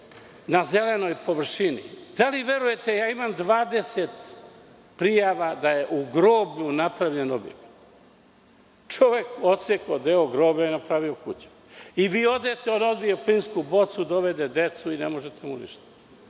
na zelenoj površini. Da li verujete da imam 20 prijava da je u groblju napravljen objekat? Čovek je odsekao deo groblja i napravio kuću. Vi odete, on odvije plinsku bocu, dovede decu i ne možete mu ništa. Čitali